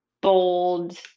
bold